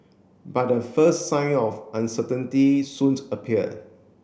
but the first sign of uncertainty soon appear